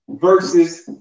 versus